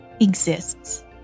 exists